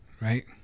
right